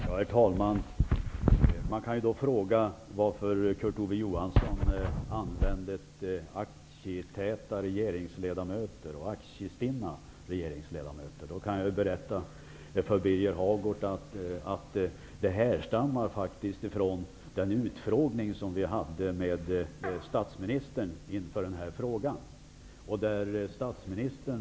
Herr talman! Birger Hagård undrade varför jag använde uttrycken ''aktietäta'' och ''aktiestinna'' regeringsledamöter. Jag kan berätta att dessa uttryck härstammar från den utfrågning som utskottet hade med statsministern i det här ärendet.